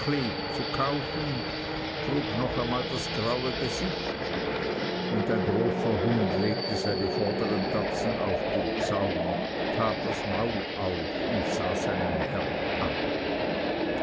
zu kaufen frug noch einmal das graue gesicht und ein großer hund legte seine vordern tatzen auf den zaun tat das maul auf und sah seinen herrn an